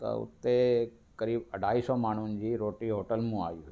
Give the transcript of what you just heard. त उते क़रीब अढाई सौ माण्हुनि जी रोटी होटल मां आई हुई